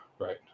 Right